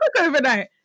overnight